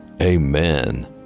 Amen